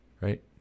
right